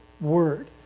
word